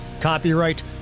Copyright